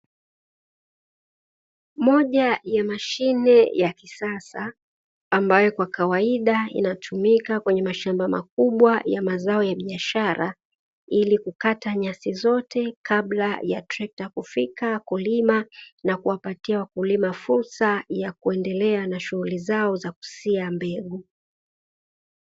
Moja ya mashine ya kisasa ambayo inatumika kwenye mashamba makubwa ya mazao ya biashara, ili kukata nyasi zote kabla ya Trekta kulima na kuwapatia wakulima fursa ya kuendelea kusia mbegu.